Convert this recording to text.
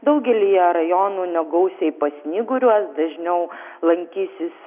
daugelyje rajonų negausiai pasnyguriuos dažniau lankysis